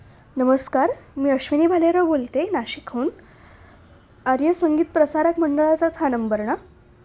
नमस्कार मी अश्विनी भालेराव बोलते नाशिकहून आर्य संगीत प्रसारक मंडळाचाच हा नंबर आहे ना